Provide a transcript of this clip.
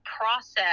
process